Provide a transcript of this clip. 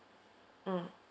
mm